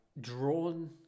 drawn